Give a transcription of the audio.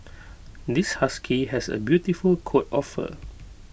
this husky has A beautiful coat of fur